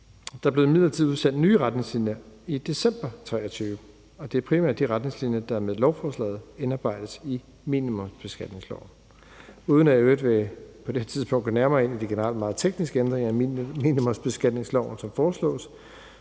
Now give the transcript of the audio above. Der blev imidlertid udsendt nye retningslinjer i december 2023, og det er primært de retningslinjer, der med lovforslaget indarbejdes i minimumsbeskatningsloven. Uden at jeg i øvrigt på det her tidspunkt vil gå nærmere ind i de generelt meget tekniske ændringer af minimumsbeskatningsloven, som foreslås,